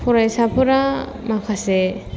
फरायसाफोरा माखासे